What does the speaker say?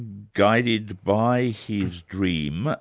guided by his dream,